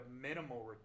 minimal